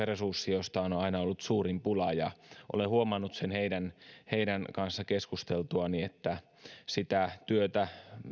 resurssi josta on on aina ollut suurin pula ja olen huomannut heidän heidän kanssa keskusteltuani että sitä työtä